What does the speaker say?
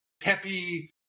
peppy